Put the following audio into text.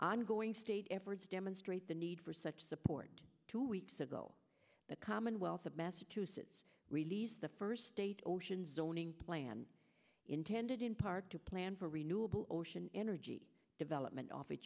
ongoing state efforts demonstrate the need for such support two weeks ago the commonwealth of massachusetts released the first state ocean zoning plan intended in part to plan for renewable ocean energy development off